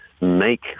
make